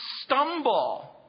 stumble